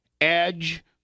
Edge